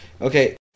Okay